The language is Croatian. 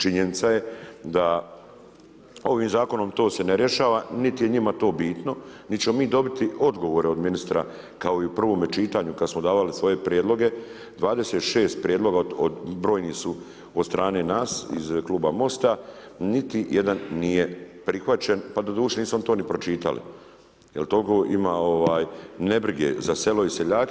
Činjenica je da ovim zakonom to se ne rješava niti je njima to bitno, niti ćemo mi dobiti odgovore od ministra kao i u prvome čitanju kad smo davali svoje prijedloge, 26 prijedloga od brojnih su od strane nas iz Kluba Mosta, niti jedan nije prihvaćen, pa doduše nisu oni to ni pročitali jer toliko ima nebrige za selo i seljaka.